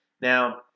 now